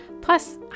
Plus